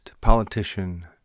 politician